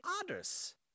others